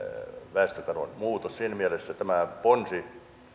väestökato siinä mielessä tämä ponsi jonka